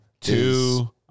two